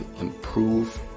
improve